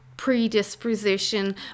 predisposition